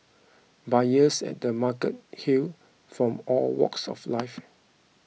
buyers at the markets hailed from all walks of life